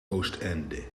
oostende